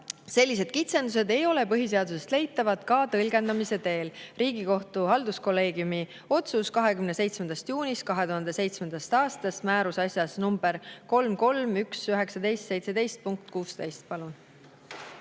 sellised kitsendused ei ole põhiseadusest leitavad ka tõlgendamise teel. See on Riigikohtu halduskolleegiumi otsus 27. juunist 2017. aastast, määrus asjas nr 3‑3‑1‑19‑17,